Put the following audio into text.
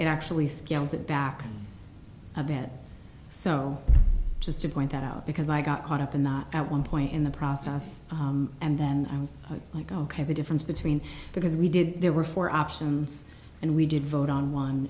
it actually scales it back a bit so just to point that out because i got caught up in the at one point in the process and then i was like ok the difference between because we did there were four options and we did vote on one